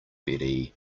betty